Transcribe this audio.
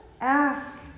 ask